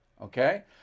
Okay